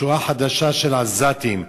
שורה חדשה של עזתים.